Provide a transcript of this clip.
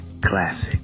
classic